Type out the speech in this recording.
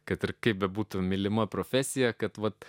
kad ir kaip bebūtų mylima profesija kad vat